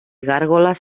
gàrgoles